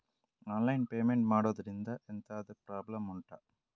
online payment ಮಾಡುದ್ರಿಂದ ಎಂತಾದ್ರೂ problem ಉಂಟಾ